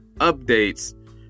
updates